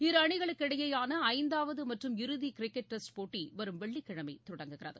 இரு அணிகளுக்கிடையேயானஐந்தாவதுமற்றும் இறுதிகிரிக்கெட் டெஸ்ட் போட்டவரும் வெள்ளிக்கிழமைதொடங்குகிறது